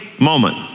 moment